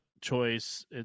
choice